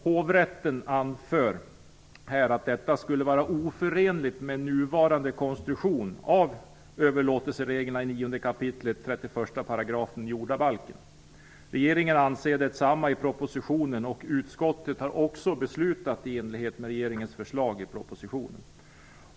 Hovrätten anför att detta skulle vara oförenligt med nuvarande konstruktion av överlåtelsereglerna i 9 kap. 31 § jordabalken. Regeringen anser detsamma i sin proposition, och utskottet har beslutat tillstyrka regeringens förslag i propositionen.